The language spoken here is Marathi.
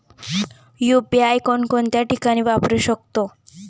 यु.पी.आय कोणकोणत्या ठिकाणी वापरू शकतो?